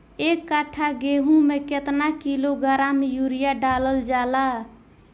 एक कट्टा गोहूँ में केतना किलोग्राम यूरिया डालल जाला?